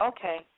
Okay